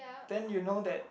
then you know that